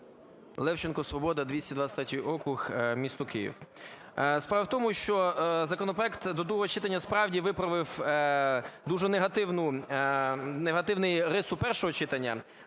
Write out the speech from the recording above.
Левченко, "Свобода", 223 округ, місто Київ. Справа в тому, що законопроект до другого читання, справді, виправив дуже негативну рису першого читання,